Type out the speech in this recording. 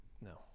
No